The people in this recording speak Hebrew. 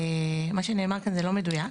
מה שנאמר כאן זה לא מדויק.